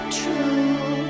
true